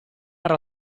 era